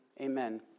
amen